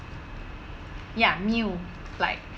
ya meal like